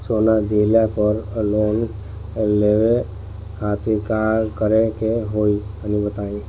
सोना दिहले पर लोन लेवे खातिर का करे क होई तनि बताई?